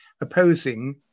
opposing